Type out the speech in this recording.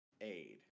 aid